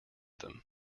them